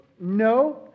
No